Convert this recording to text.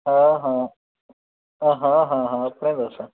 ਹਾਂ ਹਾਂ ਹਾਂ ਹਾਂ ਹਾਂ ਹਾਂ ਆਪਣਾ ਦੱਸ